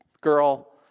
girl